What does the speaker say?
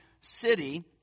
city